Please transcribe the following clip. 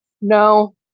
No